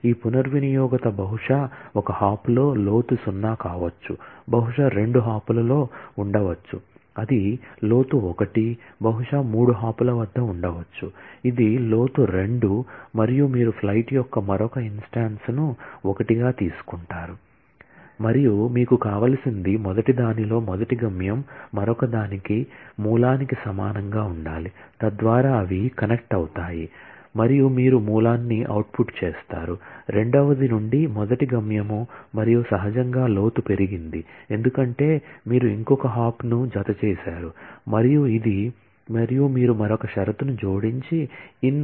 ఈ పునర్వినియోగత బహుశా ఒక హాప్లో లోతు 0 కావచ్చు బహుశా 2 హాప్లలో ఉండవచ్చు అది లోతు 1 బహుశా 3 హాప్ల వద్ద ఉండవచ్చు ఇది లోతు 2 మరియు మీరు ఫ్లైట్ యొక్క మరొక ఇన్స్టాన్స్ ను 1 గా తీసుకుంటారు మరియు మీకు కావలసింది మొదటిదానిలో మొదటి గమ్యం మరొకదానికి మూలానికి సమానంగా ఉండాలి తద్వారా అవి కనెక్ట్ అవుతాయి మరియు మీరు మూలాన్ని అవుట్పుట్ చేస్తారు రెండవది నుండి మొదటి గమ్యం మరియు సహజంగా లోతు పెరిగింది ఎందుకంటే మీరు ఇంకొక హాప్ను జతచేశారు మరియు ఇది మరియు మీరు మరొక షరతును జోడించి in1